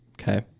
okay